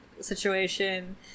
situation